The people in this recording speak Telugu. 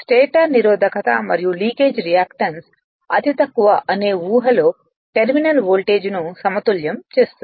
స్టేటర్ నిరోధకత మరియు లీకేజ్ రియాక్టన్స్ అతితక్కువ అనే ఊహలో టెర్మినల్ వోల్టేజ్ను సమతుల్యం చేస్తుంది